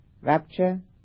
rapture